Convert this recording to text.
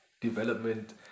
development